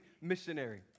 missionary